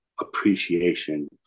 appreciation